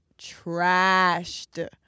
trashed